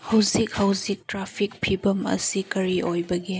ꯍꯧꯖꯤꯛ ꯍꯧꯖꯤꯛ ꯇ꯭ꯔꯥꯐꯤꯛ ꯐꯤꯚꯝ ꯑꯁꯤ ꯀꯔꯤ ꯑꯣꯏꯕꯒꯦ